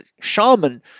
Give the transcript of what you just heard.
Shaman